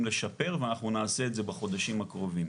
לשפר ואנחנו נעשה את זה בחודשים הקרובים.